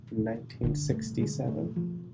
1967